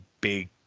big